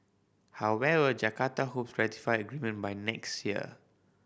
however Jakarta hopes ratify the agreement by next year